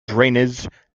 drainage